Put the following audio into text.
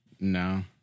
No